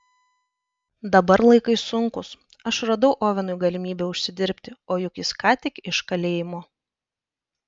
dabar laikai sunkūs aš radau ovenui galimybę užsidirbti o juk jis ką tik iš kalėjimo